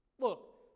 look